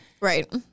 Right